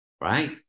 right